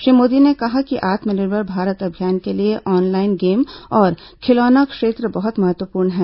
श्री मोदी ने कहा कि आत्मनिर्भर भारत अभियान के लिए ऑनलाइन गेम और खिलौना क्षेत्र बहुत महत्वपूर्ण हैं